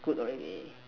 good already